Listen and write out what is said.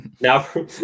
now